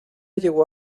llegó